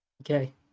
Okay